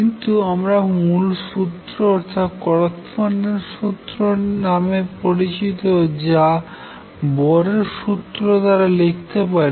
কিন্তু আমরা মূলসূত্র অর্থাৎ করস্পন্ডেন্স সুত্র নামে পরিচিত যা বোর এর সুত্র দ্বারা লিখতে পারি